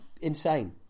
Insane